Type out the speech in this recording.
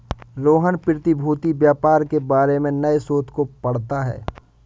रोहन प्रतिभूति व्यापार के बारे में नए शोध को पढ़ता है